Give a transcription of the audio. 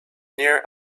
near